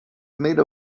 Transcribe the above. made